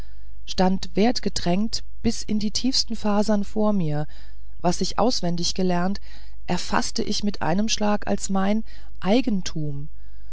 stand wertgetränkt bis in die tiefste faser vor mir was ich auswendig gelernt erfaßte ich mit einem schlag als mein eigen